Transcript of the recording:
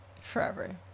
forever